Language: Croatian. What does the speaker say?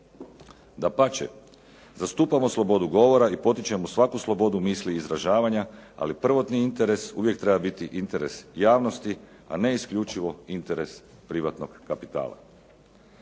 Dapače, zastupamo slobodu govora i potičemo svaku slobodu misli i izražavanja, ali prvotni interes uvijek treba biti interes javnosti, a ne isključivo interes privatnog kapitala.